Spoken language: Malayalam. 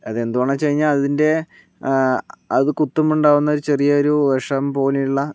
അത് എന്ത് കൊണ്ടാണെന്ന് വെച്ചുകഴിഞ്ഞാൽ അതിൻ്റെ അത് കുത്തുമ്പോൾ ഉണ്ടാവുന്ന ഒരു ചെറിയ ഒരു വിഷം പോലെ ഉള്ള